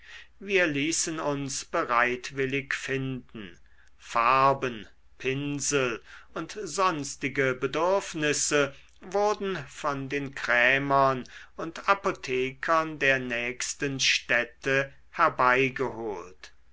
wir ließen uns bereitwillig finden farben pinsel und sonstige bedürfnisse wurden von den krämern und apothekern der nächsten städte herbeigeholt